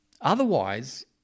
otherwise